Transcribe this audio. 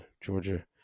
georgia